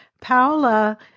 paola